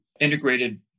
integrated